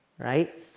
Right